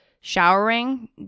showering